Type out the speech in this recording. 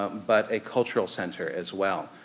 but a cultural center as well,